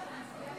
חברי הכנסת,